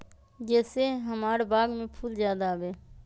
जे से हमार बाग में फुल ज्यादा आवे?